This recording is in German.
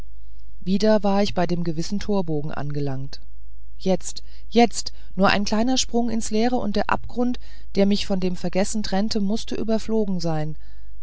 wieder war ich bei dem gewissen torbogen angelangt jetzt jetzt nur ein kleiner sprung ins leere und der abgrund der mich von dem vergessen trennte mußte überflogen sein